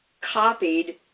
copied